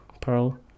Pearl